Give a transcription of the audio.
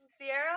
Sierra